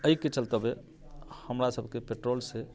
एहिके चलतबे हमरा सबके पेट्राॅलके